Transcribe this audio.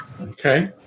Okay